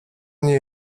nie